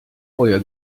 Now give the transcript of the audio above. euer